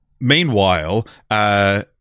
meanwhile